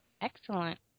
Excellent